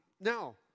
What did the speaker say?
Now